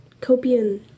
Copian